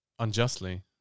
Unjustly